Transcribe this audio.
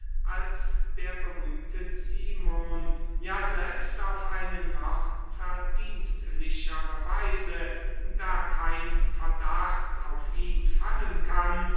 als der berühmte cimon ja selbst auf eine noch verdienstlichere weise da kein verdacht auf ihn fallen kann